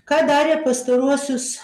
ką darė pastaruosius